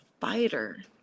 fighter